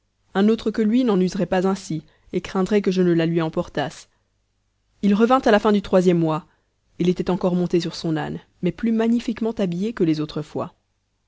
un autre que lui n'en userait pas ainsi et craindrait que je ne la lui emportasse il revint à la fin du troisième mois il était encore monté sur son âne mais plus magnifiquement habillé que les autres fois